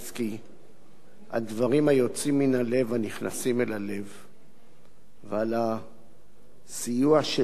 על דברים היוצאים מן הלב והנכנסים אל הלב ועל הסיוע שלו,